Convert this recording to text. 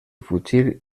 fugir